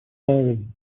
serling